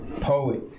poet